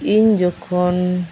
ᱤᱧ ᱡᱚᱠᱷᱚᱱ